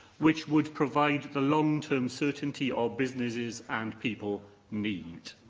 which would provide the long-term certainty our businesses and people need.